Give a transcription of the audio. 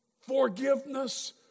Forgiveness